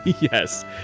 Yes